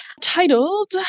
titled